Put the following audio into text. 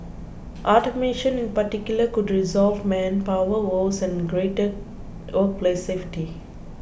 automation in particular could resolve manpower woes and greater workplace safety